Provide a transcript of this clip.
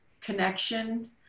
connection